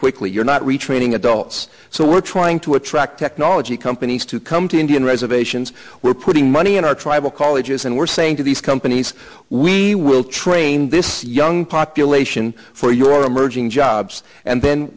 quickly you're not retraining adults so we're trying to attract technology companies to come to indian reservations we're putting money in our tribal colleges and we're saying to these companies we will train this young population for your emerging jobs and then